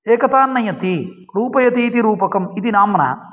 एकतान्नयति रूपयति इति रूपकम् इति नाम्ना